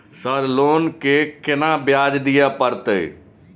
Sir loan के केना ब्याज दीये परतें?